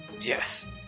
Yes